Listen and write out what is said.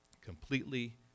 completely